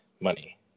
money